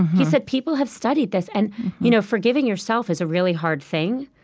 he said people have studied this. and you know forgiving yourself is a really hard thing,